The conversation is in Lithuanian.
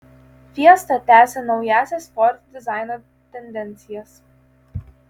fiesta tęsia naująsias ford dizaino tendencijas